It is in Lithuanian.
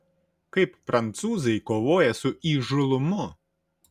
kaip prancūzai kovoja su įžūlumu